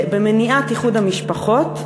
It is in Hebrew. במניעת איחוד משפחות,